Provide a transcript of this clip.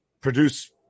produce